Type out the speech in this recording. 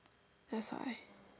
that's why